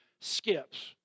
skips